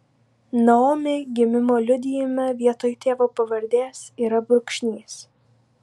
naomi gimimo liudijime vietoj tėvo pavardės yra brūkšnys